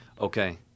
Okay